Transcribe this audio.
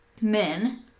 men